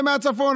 אלה מהצפון.